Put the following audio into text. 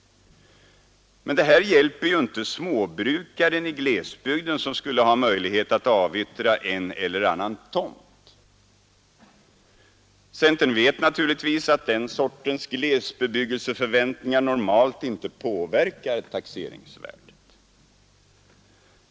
Men detta hjälper ju inte småbrukaren i glesbygden som skulle ha möjlighet att avyttra en eller annan tomt. Inom centern vet man naturligtvis att den sortens glesbebyggelseförväntningar normalt inte påverkar taxeringsvärdet.